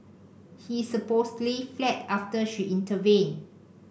he supposedly fled after she intervened